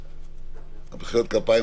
מחיאות כפיים,